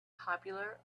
popular